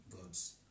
gods